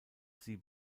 sie